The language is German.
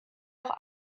auch